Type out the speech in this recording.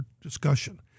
discussion